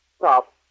Stop